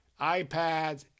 iPads